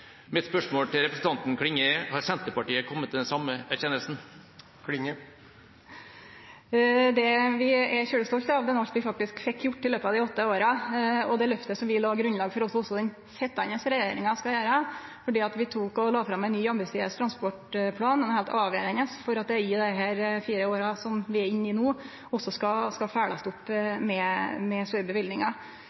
Mitt spørsmål til representanten Klinge er: Har Senterpartiet kommet til den samme erkjennelsen? Det vi er veldig stolte av, er alt vi faktisk fekk gjort i løpet av dei åtte åra, og det løftet som vi la grunnlag for at også den sitjande regjeringa skal gjere, fordi vi la fram ein ny, ambisiøs transportplan. Det er heilt avgjerande at det i dei fire åra som vi er inne i no, også blir følgt opp med store